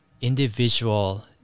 individual